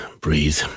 breathe